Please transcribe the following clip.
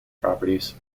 properties